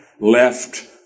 left